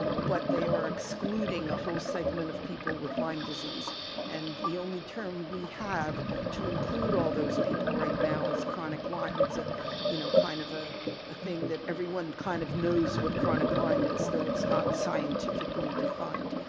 but they are excluding a whole segment of people with lyme disease and the only term we have to include all those people right now is chronic lyme. it's a you know kind of ah a thing that everyone kind of knows what chronic lyme is, so it's not scientifically defined.